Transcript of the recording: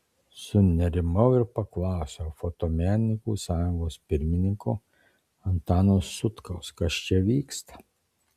sunerimau ir paklausiau fotomenininkų sąjungos pirmininko antano sutkaus kas čia vyksta